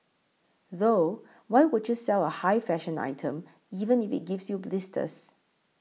though why would you sell a high fashion item even if it gives you blisters